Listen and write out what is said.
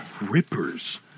Rippers